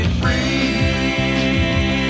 free